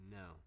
no